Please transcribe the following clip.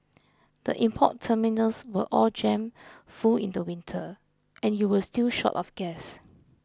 the import terminals were all jammed full in the winter and you were still short of gas